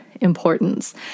importance